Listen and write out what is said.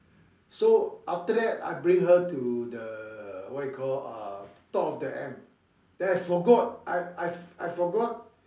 so after that I bring her to the what you call uh Top of the M then I forgot I I I forgot